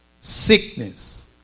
sickness